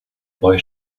boy